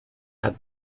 had